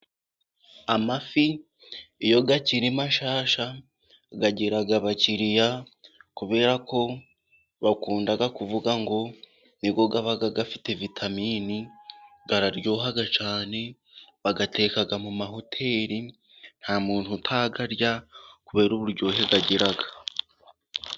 Amafi iyo akiri mashyashya agira abakiriya, kubera ko bakunda kuvuga ngo niyo aba afite vitamini, araryoha cyane, bayateka mu mahoteli nta muntu utayarya, kubera uburyohe agira.